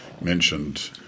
mentioned